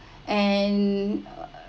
and